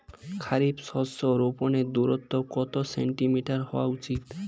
খারিফ শস্য রোপনের দূরত্ব কত সেন্টিমিটার হওয়া উচিৎ?